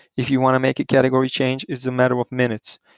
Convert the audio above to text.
if you want to make a category change, it's matter of minutes.